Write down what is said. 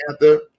panther